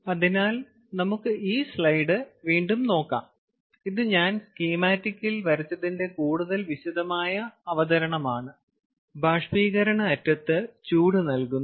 അതിനാൽ നമുക്ക് ഈ സ്ലൈഡ് വീണ്ടും നോക്കാം ഇത് ഞാൻ സ്കീമാറ്റിക്സിൽ വരച്ചതിന്റെ കൂടുതൽ വിശദമായ അവതരണമാണ് ബാഷ്പീകരണ അറ്റത്ത് ചൂടു നൽകുന്നു